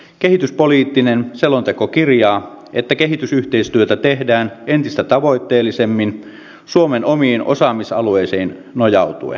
kehityspoliittinen selonteko kirjaa että kehitysyhteistyötä tehdään entistä tavoitteellisemmin suomen omiin osaamisalueisiin nojautuen